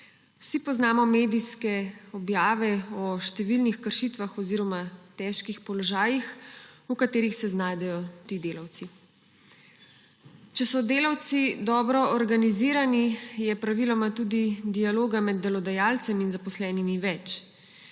Vsi poznamo medijske objave o številnih kršitvah oziroma težkih položajih, v katerih se znajdejo ti delavci. Če so delavci dobro organizirani, je praviloma tudi dialoga med delodajalcem in zaposlenimi več.